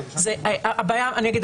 אני אגיד,